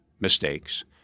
mistakes